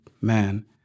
man